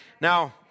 Now